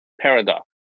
paradox